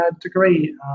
degree